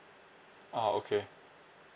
ah okay